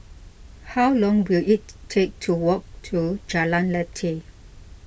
how long will it take to walk to Jalan Lateh